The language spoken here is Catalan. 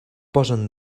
posen